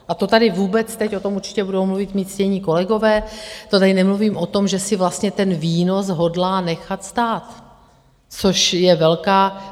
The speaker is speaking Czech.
A to tady vůbec teď, o tom určitě budou mluvit mí ctění kolegové, to tady nemluvím o tom, že si vlastně ten výnos hodlá nechat stát, což je velká...